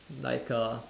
like a